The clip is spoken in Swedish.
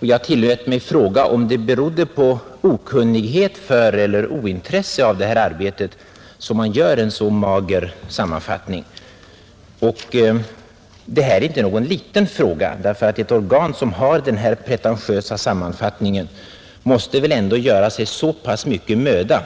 Jag tillät mig fråga, om det berodde på okunnighet om eller ointresse för det här arbetet att man gör en så mager sammanfattning. Det här är inte någon liten fråga; ett organ som gör den här pretentiösa sammanfattningen måste väl ändå göra sig så pass mycken möda